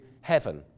heaven